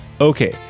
Okay